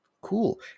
cool